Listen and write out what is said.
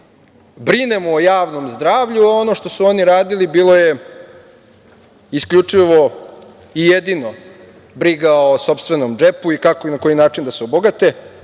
brinemo o javnom zdravlju, a ono što su oni radili bilo je isključivo i jedino briga o sopstvenom džepu i kako i na koji način da se obogate.